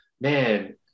Man